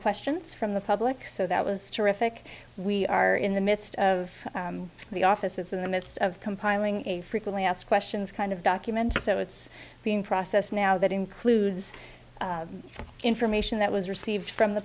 questions from the public so that was terrific we are in the midst of the office in the midst of compiling a frequently asked questions kind of document so it's being processed now that includes information that was received from the